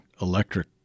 electric